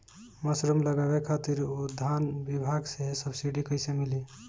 Mushroom लगावे खातिर उद्यान विभाग से सब्सिडी कैसे मिली?